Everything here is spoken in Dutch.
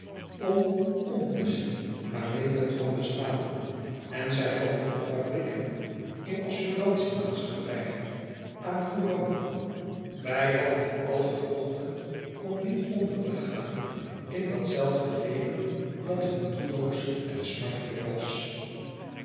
om m te zien naar middelen van bestaan en zij hadden op fabrieken in assurantie maatschappijen aan couranten bij wat niet al gevochten om niet onder te gaan in dat zelfde leven dat hun doelloos en smartelijk was